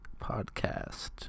podcast